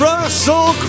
Russell